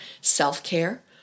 self-care